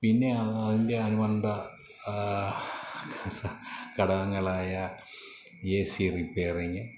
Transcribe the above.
പിന്നെ അതിൻ്റെ അനുബന്ധ ഘടകങ്ങളായ എ സി റിപ്പയറിങ്ങ്